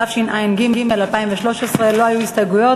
התשע"ג 2013. לא היו הסתייגויות,